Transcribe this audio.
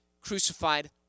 crucified